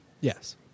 Yes